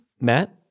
Matt